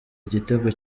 igitego